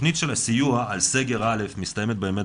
התוכנית של הסיוע על סגר א' מסתיימת באמת